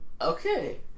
Okay